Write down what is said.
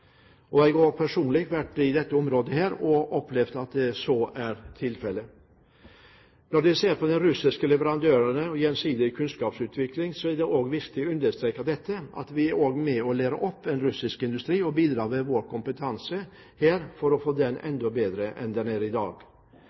Jeg har også personlig vært i dette området og opplevd at så er tilfellet. Når vi ser på de russiske leverandørene og gjensidig kunnskapsutvikling, er det viktig å understreke at vi også er med på å lære opp russisk industri, og bidrar med vår kompetanse for å få den enda bedre enn den er i dag.